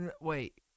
Wait